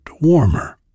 warmer